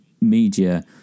media